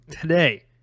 Today